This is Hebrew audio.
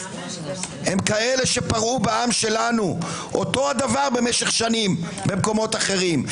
כאלה שפרעו בעם שלנו אותו דבר משך שנים במקומות אחרים.